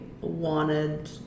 wanted